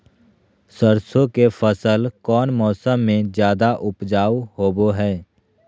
सरसों के फसल कौन मौसम में ज्यादा उपजाऊ होबो हय?